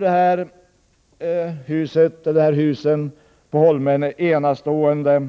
De här husens läge på Helgeandsholmen är enastående,